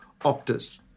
optus